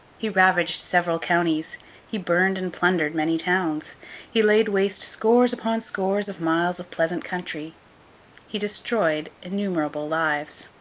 he ravaged several counties he burned and plundered many towns he laid waste scores upon scores of miles of pleasant country he destroyed innumerable lives.